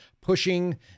pushing